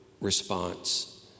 response